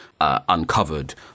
uncovered